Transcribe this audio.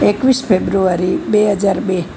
એકવીસ ફેબ્રુઆરી બે હજાર બે